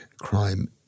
crime